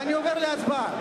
אני עובר להצבעה.